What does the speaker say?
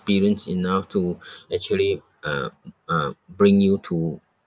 experienced enough to actually uh uh bring you to